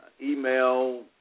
email